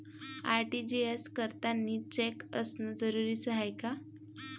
RTGS करतांनी cheque असनं जरुरीच हाय का?